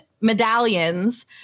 medallions